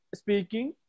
speaking